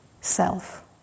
self